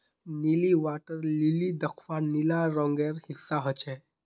नीली water lily दख्वार नीला रंगेर हिस्सा ह छेक